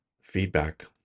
feedback